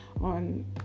on